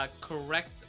Correct